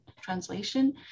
translation